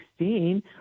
2016